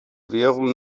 währung